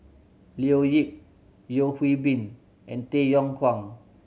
Leo Yip Yeo Hwee Bin and Tay Yong Kwang